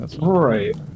Right